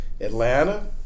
Atlanta